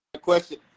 question